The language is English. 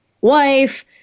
wife